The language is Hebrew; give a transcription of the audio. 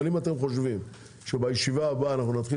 אבל אם אתם חושבים שבישיבה הבאה אנחנו נתחיל